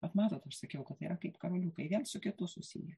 vat matot aš sakiau kad tai yra kaip karoliukai viens su kitu susiję